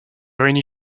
réunit